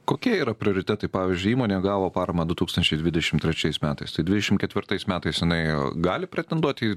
kokie yra prioritetai pavyzdžiui įmonė gavo paramą du tūkstančiai dvidešimt trečiais metais tai dvidešimt ketvirtais metais jinai gali pretenduot į